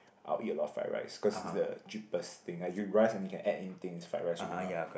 I'll eat a lot of fried rice cause it's the cheapest thing like you rice and then you can add anything it's fried rice already mah